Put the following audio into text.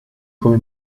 come